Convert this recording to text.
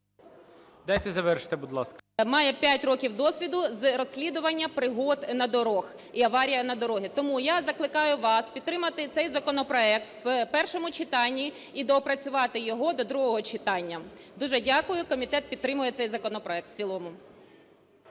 Дайте завершити, будь ласка. КЛИМЕНКО Ю.Л. Має 5 років досвіду з розслідування пригод на дорогах і аварії на дорогах. Тому я закликаю вас підтримати цей законопроект в першому читанні і доопрацювати його до другого читання. Дуже дякую. Комітет підтримує цей законопроект в цілому.